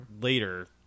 later